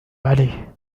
عليه